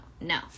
no